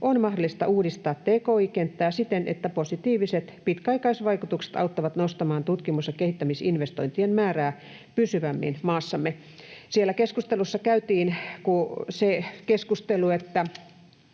on mahdollista uudistaa tki-kenttää siten, että positiiviset pitkäaikaisvaikutukset auttavat nostamaan tutkimus‑ ja kehittämisinvestointien määrää pysyvämmin maassamme.” Siellä käytiin keskustelua siitä,